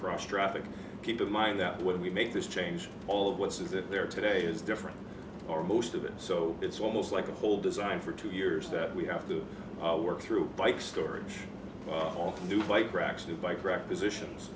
cross traffic keep in mind that when we make this change all of what is it there today is different or most of it so it's almost like a whole design for two years that we have to work through bike storage all new bike racks new bike rack positions